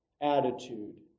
attitude